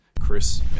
Chris